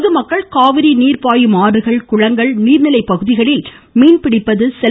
பொதுமக்கள் காவிரி நீர் பாயும் ஆறுகள் குளங்கள் மற்றும் நீர் நிலை பகுதிகளில் மீன் பிடிப்பது செல்